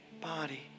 body